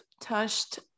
touched